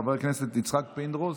חבר הכנסת יצחק פינדרוס,